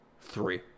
three